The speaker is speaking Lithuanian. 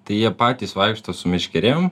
tai jie patys vaikšto su meškerėm